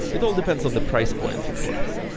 it all depends on the price points of course.